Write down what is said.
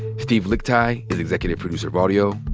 steve lickteig is executive producer of audio.